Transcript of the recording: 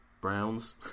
Browns